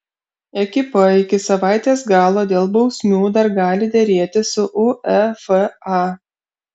ekipa iki savaitės galo dėl bausmių dar gali derėtis su uefa